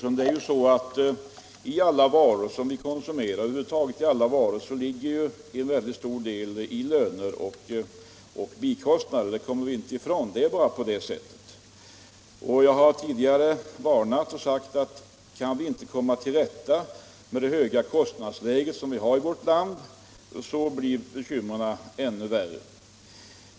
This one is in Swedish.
Herr talman! I priset på alla varor ligger en mycket stor andel löner och bikostnader. Det kommer vi inte ifrån, fru Sigurdsen, det är bara på det sättet. Jag har tidigare varnat och sagt att kan vi inte komma till rätta med det höga kostnadsläget i vårt land så blir bekymren ännu värre.